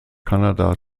kanada